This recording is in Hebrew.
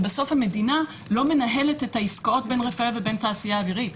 ובסוף המדינה לא מנהלת את העסקאות בין רפא"ל ובין תעשייה אווירית.